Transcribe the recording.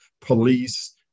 police